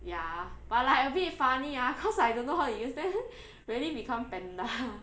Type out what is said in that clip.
ya but like a bit funny ah because I don't know how to use then really become panda